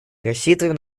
рассчитываем